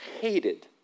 hated